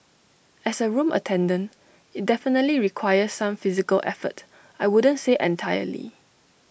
as A room attendant IT definitely requires some physical effort I wouldn't say entirely